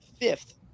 fifth